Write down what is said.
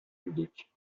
publiques